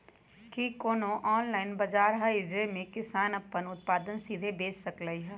कि कोनो ऑनलाइन बाजार हइ जे में किसान अपन उत्पादन सीधे बेच सकलई ह?